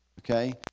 Okay